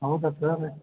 ಹೌದಾ ಸರ್